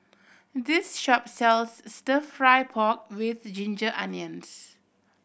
this shop sells Stir Fry pork with ginger onions